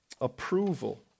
Approval